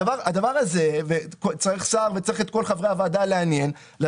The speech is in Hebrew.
הדבר הזה צריך לעניין את